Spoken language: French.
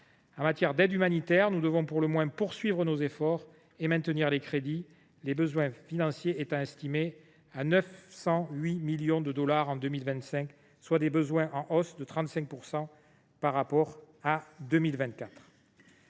En matière d’aide humanitaire, nous devons à tout le moins poursuivre nos efforts et maintenir les crédits alors que les besoins financiers sont estimés à 908 millions de dollars en 2025, soit une augmentation de 35 % par rapport à 2024.